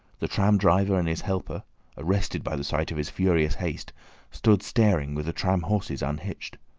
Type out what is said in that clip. the tram driver and his helper arrested by the sight of his furious haste stood staring with the tram horses unhitched.